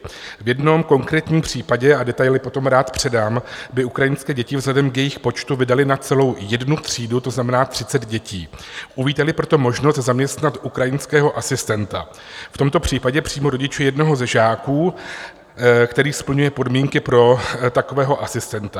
V jednom konkrétním případě, a detaily potom rád předám, by ukrajinské děti vzhledem k jejich počtu vydaly na celou jednu třídu, to znamená 30 dětí, uvítali proto možnost zaměstnat ukrajinského asistenta, v tomto případě přímo rodiče jednoho ze žáků, který splňuje podmínky pro takového asistenta.